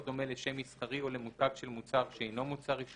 דומה לשם מסחרי או למותג של מוצר שאינו מוצר עישון,